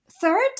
Third